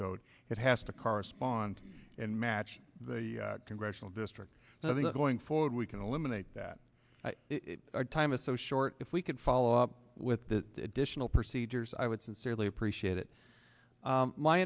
zipcode it has to correspond and match the congressional district and i think going forward we can eliminate that our time is so short if we could follow up with the additional procedures i would sincerely appreciate it